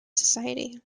society